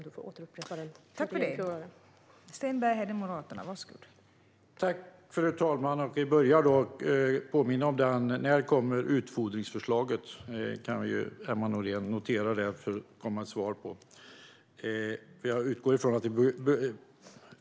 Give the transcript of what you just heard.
Du får upprepa den sista frågan.